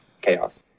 chaos